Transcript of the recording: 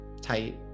Tight